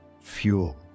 fuel